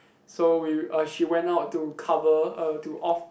so we uh she went out to cover uh to off